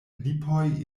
lipoj